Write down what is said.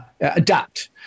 adapt